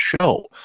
show